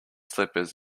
slippers